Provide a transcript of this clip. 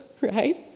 right